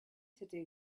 today